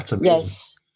Yes